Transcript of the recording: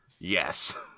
Yes